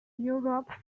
europe